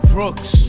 Brooks